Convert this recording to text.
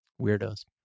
weirdos